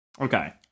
Okay